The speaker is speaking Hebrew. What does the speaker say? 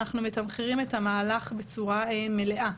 אנחנו מתמחרים את המהלך בצורה מלאה.